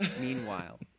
Meanwhile